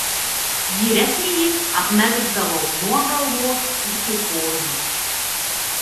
vyresnįjį apmegzdavau nuo galvos iki kojų